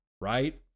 right